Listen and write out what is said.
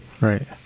Right